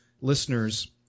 listeners